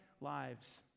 lives